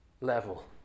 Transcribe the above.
level